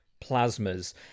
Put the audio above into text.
plasmas